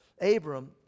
Abram